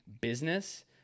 business